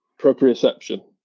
Proprioception